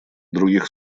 других